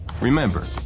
Remember